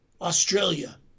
Australia